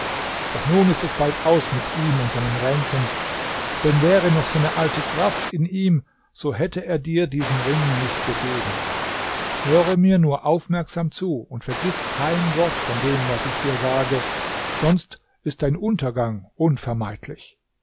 doch nun ist es bald aus mit ihm und seinen ränken denn wäre noch seine alte kraft in ihm so hätte er dir diesen ring nicht gegeben höre mir nur aufmerksam zu und vergiß kein wort von dem was ich dir sage sonst ist dein untergang unvermeidlich